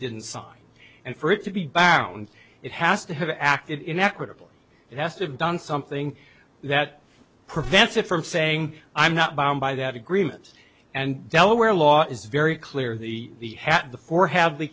didn't sign and for it to be back around it has to have acted in equitable it has to have done something that prevents it from saying i'm not bound by that agreement and delaware law is very clear the the hat the four have the